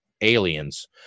Aliens